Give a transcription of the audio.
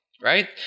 right